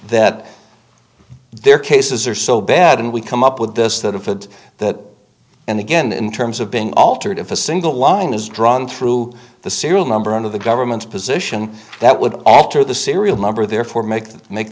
that their cases are so bad and we come up with this that if it that and again in terms of being altered if a single line is drawn through the serial number of the government's position that would alter the serial number therefore make